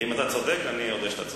ואם אתה צודק, אני אודה שאתה צודק.